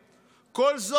כל זאת ממי?